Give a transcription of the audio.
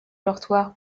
dortoir